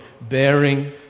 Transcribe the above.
bearing